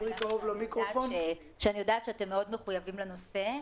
עמאר שאני יודעת שאתם מאוד מחוייבים לנושא.